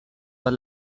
bat